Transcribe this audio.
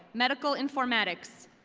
medical informatics.